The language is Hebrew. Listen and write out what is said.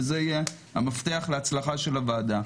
וזה יהיה המפתח להצלחה של הוועדה.